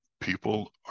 people